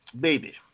Baby